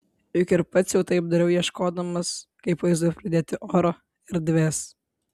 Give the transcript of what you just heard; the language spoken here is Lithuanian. juk ir pats jau taip dariau ieškodamas kaip vaizdui pridėti oro erdvės